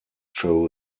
henry